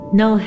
no